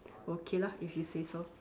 okay lah if you say so